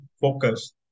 focus